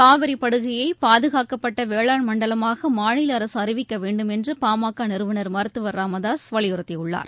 காவிரிப் படுகையைபாதுகாக்கப்பட்டவேளாண் மண்டலமாகமாநிலஅரசுஅறிவிக்கவேண்டும் என்றுபாமகநிறுவனர் மருத்துவர் ச ராமதாசுவலியுறுத்தியுள்ளார்